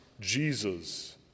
Jesus